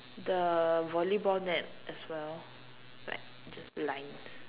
the volleyball net as well like just lines